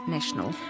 National